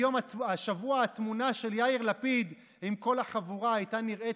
השבוע התמונה של יאיר לפיד עם כל החבורה הייתה נראית